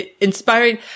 Inspiring